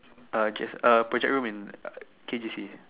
uh just uh project room in K_D_C